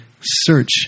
search